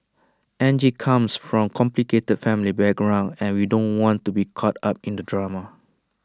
Angie comes from A complicated family background and we don't want to be caught up in the drama